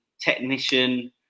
technician